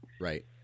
Right